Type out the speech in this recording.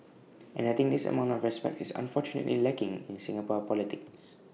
and I think this amount of respect is unfortunately lacking in Singapore politics